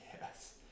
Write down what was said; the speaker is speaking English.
Yes